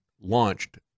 launched